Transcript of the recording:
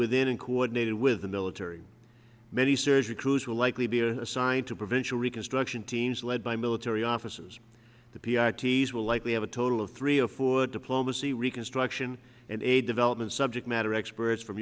within and coordinated with the military many surgery crews will likely be assigned to provincial reconstruction teams led by military officers the p r ts will likely have a total of three of four diplomacy reconstruction and aid development subject matter experts from